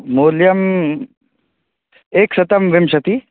मूल्यं एकशतं विंशतिः